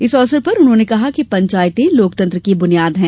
इस अवसर पर उन्होंने कहा कि पंचायतें लोकतंत्र की बुनियाद हैं